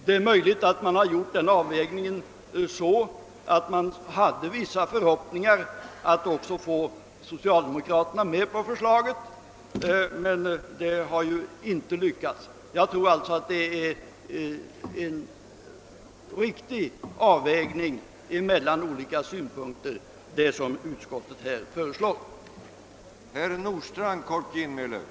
Det är möjligt att man vid: den avvägningen har haft vissa förhoppningar om att få även socialdemokraterna med på förslaget, men det har inte lyckats. Men jag tror som sagt att utskottets förslag innebär en riktig avvägning.